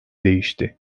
değişti